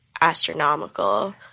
astronomical